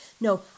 No